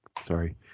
sorry